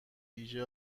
ویژه